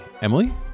Emily